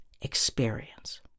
experience